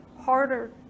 harder